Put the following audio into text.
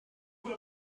peu